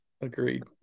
Agreed